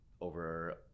over